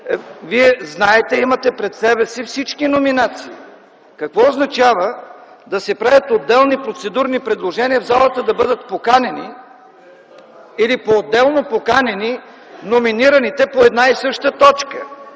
МЕСТАН: Имате пред себе си всички номинации. Какво означава да се правят отделни процедурни предложения в залата да бъдат поканени или поотделно поканени номинираните по една и съща точка?